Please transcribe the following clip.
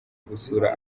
gusura